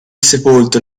sepolto